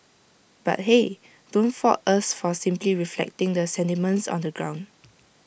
but hey don't fault us for simply reflecting the sentiments on the ground